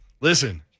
listen